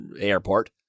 airport